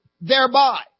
thereby